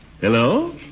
Hello